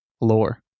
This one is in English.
lore